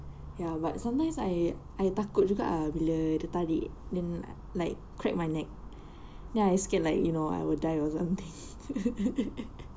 ya but sometimes I I takut juga ah bila dia tarik then like crack my neck then I scared like you know I will die or something